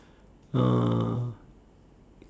uh